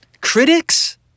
Critics